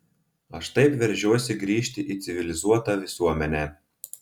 aš taip veržiuosi grįžti į civilizuotą visuomenę